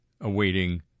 awaiting